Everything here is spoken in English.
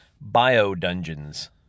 bio-dungeons